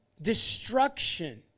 destruction